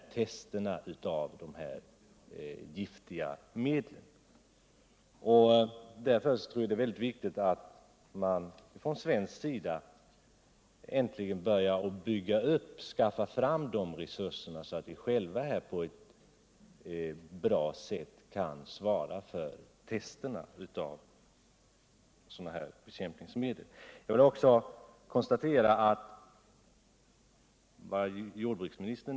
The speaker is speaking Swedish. Jag tycker naturligtvis att det är bra att naturvårdsverket och produktkontrollnämnden har agerat. Men om jag inte är fel underrättad fick man i augusti 1977 dessa uppgifter om att det förelåg risk för förfalskning av testrosultaten. Om vissa testresul kämpningsmedel, läkemedel och livs medel Frågan är väl då om det finns någon förklaring till att produktkontrollnämnden och naturvårdsverket har dröjt med att agera. Jag hoppas att man inte handlade först när massmedia hade kablat ut dessa uppgifter.